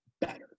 better